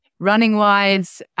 Running-wise